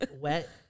Wet